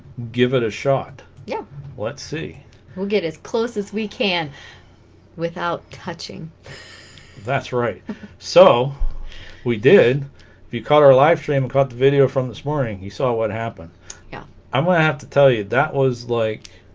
give it a shot yeah let's see we'll get as close as we can without touching that's right so we did if you caught our live stream and caught the video from this morning you saw what happened yeah i'm gonna have to tell you that was like